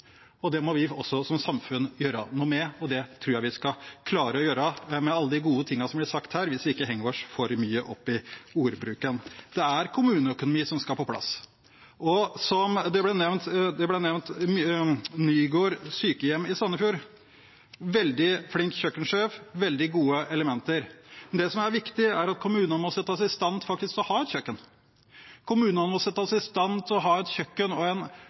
og det må også vi som samfunn gjøre noe med. Det tror jeg vi skal klare med alle det gode som blir sagt her, hvis vi ikke henger oss for mye opp i ordbruken. Det er kommuneøkonomi som skal på plass. Nygård sykehjem i Sandefjord ble nevnt. De har en veldig flink kjøkkensjef og veldig gode elementer. Det som er viktig, er at kommunene må settes i stand til å ha et kjøkken. Kommunene må settes i stand til å ha et kjøkken og en oppbygging av sin eldreomsorg som faktisk er tilpasset kommunen. Sandefjord er den største kommunen i Vestfold og en